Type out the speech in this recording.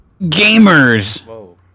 GAMERS